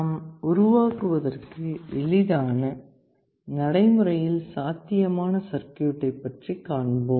நாம் உருவாக்குவதற்கு எளிதான நடைமுறையில் சாத்தியமான சர்க்யூட்டை பற்றி காண்போம்